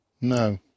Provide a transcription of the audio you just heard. No